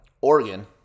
Oregon